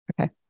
Okay